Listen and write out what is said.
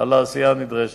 על העשייה הנדרשת.